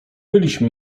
byliśmy